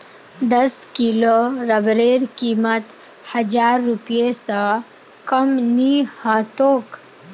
दस किलो रबरेर कीमत हजार रूपए स कम नी ह तोक